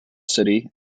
city